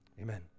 amen